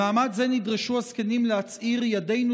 במעמד זה נדרשו הזקנים להצהיר: ידינו